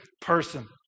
person